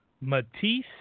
Matisse